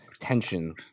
tension